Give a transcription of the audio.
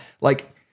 like-